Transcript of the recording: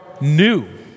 new